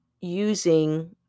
using